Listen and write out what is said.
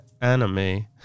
anime